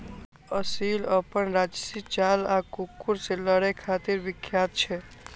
असील अपन राजशी चाल आ कुकुर सं लड़ै खातिर विख्यात छै